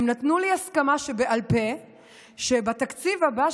הם נתנו לי הסכמה שבעל פה שבתקציב הבא,